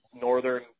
northern